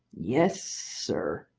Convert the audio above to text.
yes, sir.